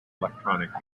electronic